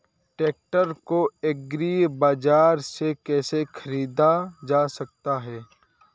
Tractor को Agri Bazaar से कैसे ख़रीदा जा सकता हैं?